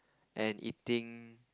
and eating